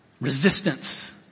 Resistance